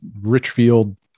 Richfield